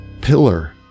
pillar